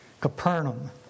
Capernaum